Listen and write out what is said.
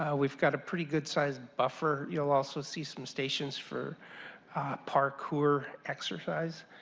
ah we got a pretty good sized buffer. you will ah so see some stations for parkour exercise.